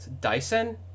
Dyson